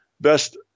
best